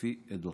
לפי עדותן.